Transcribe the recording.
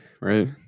right